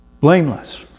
blameless